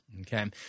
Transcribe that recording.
Okay